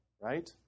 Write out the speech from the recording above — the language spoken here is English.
right